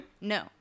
No